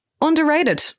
underrated